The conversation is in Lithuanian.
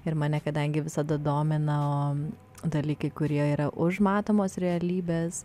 ir mane kadangi visada domino dalykai kurie yra už matomos realybės